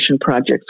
projects